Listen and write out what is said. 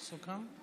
נתחיל עם חמש,